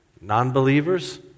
non-believers